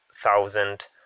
thousand